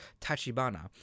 Tachibana